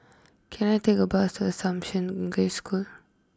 can I take a bus to Assumption English School